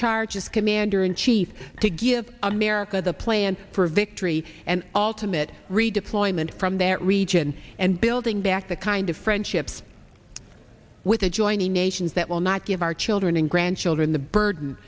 charge as commander in chief to give america the plan for victory and all to mitt redeployment from that region and building back the kind of friendships with adjoining nations that will not give our children and grandchildren the burden